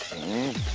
you